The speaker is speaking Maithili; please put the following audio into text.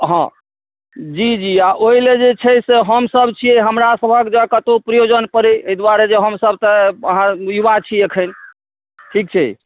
हाँ जी जी आ ओहि लेल जे छै से हमसभ छियै हमरासभक जँ कतहु प्रयोजन पड़ै एहि द्वारे जे हमसभ तऽ अहाँ युवा छियै एखन ठीक छै